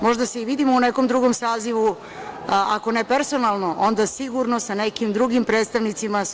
Možda se i vidimo u nekom drugom sazivu, ako ne personalno, onda sigurno sa nekim drugim predstavnicima SPS.